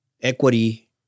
equity